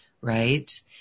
right